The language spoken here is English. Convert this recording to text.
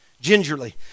gingerly